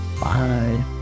Bye